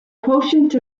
quotient